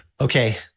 Okay